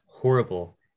Horrible